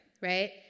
right